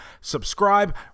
subscribe